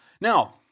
Now